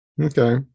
okay